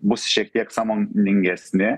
bus šiek tiek sąmoningesni